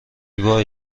وای